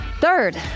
Third